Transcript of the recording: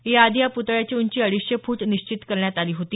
याआधी या पुतळ्याची उंची अडीचशे फूट निश्चित करण्यात आली होती